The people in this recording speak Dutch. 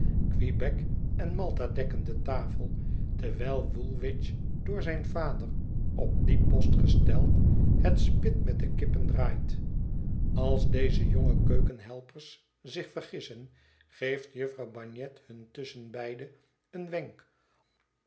quebec en malta dekken de tafel terwijl woolwich door zijn vader op dien post gesteld het spit met de kippen draait als deze jonge keukenhelpers zich vergissen geeft jufvrouw bagnet hun tusschenbeide een wenk